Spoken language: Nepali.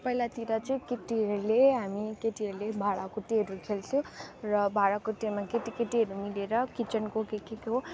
पहिलातिर चाहिँ केटीहरूले हामी केटीहरूले भाँडाकुटीहरू खोल्थ्यो र भाँडाकुटीमा केटी केटीहरू मिलेर किचनको के के को